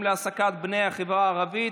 אוקיי.